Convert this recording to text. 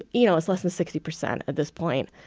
you know, it's less than sixty percent at this point.